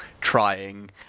trying